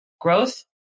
growth